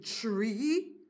tree